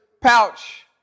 pouch